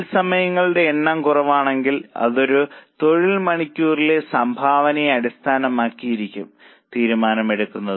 തൊഴിൽ സമയങ്ങളുടെ എണ്ണം കുറവാണെങ്കിൽ ഒരു തൊഴിൽ മണിക്കൂറിലെ സംഭാവനയെ അടിസ്ഥാനമാക്കിയായിരിക്കും തീരുമാനമെടുക്കുന്നത്